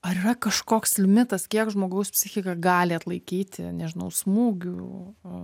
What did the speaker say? ar yra kažkoks limitas kiek žmogaus psichika gali atlaikyti nežinau smūgių